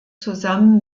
zusammen